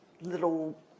little